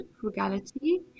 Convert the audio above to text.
frugality